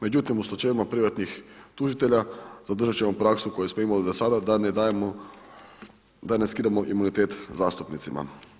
Međutim u slučajevima privatnih tužitelja zadržat ćemo praksu koju smo imali do sada da ne skidamo imunitet zastupnicima.